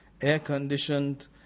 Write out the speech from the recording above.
air-conditioned